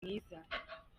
mwiza